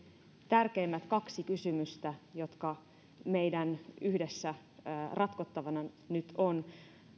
tärkeimmät kaksi kysymystä jotka ovat meillä yhdessä nyt ratkottavina